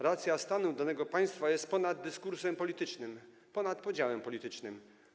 Racja stanu danego państwa jest ponad dyskursem politycznym, ponad podziałem politycznym.